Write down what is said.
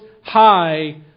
High